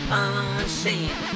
unseen